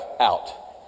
out